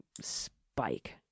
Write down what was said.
spike